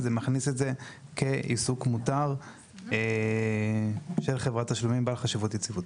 וזה מכניס את זה כעיסוק מותר של חברת תשלומים בעלת חשיבות יציבותית.